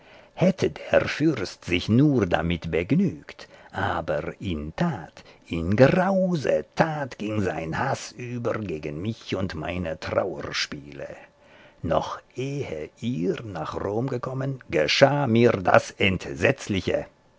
hätte der fürst sich nur damit begnügt aber in tat in grause tat ging sein haß über gegen mich und meine trauerspiele noch ehe ihr nach rom gekommen geschah mir das entsetzliche